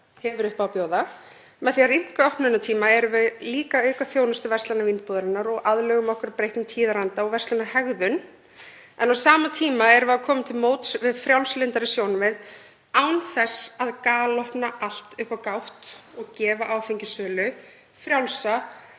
hefur upp á að bjóða. Með því að rýmka opnunartíma erum við líka að auka þjónustu verslana Vínbúðarinnar og lögum okkur að breyttum tíðaranda og verslunarhegðun en á sama tíma erum við að koma til móts við frjálslyndari sjónarmið án þess að galopna allt upp á gátt og gefa áfengissölu frjálsa